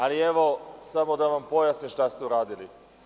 Ali evo, samo da vam pojasnim šta ste uradili.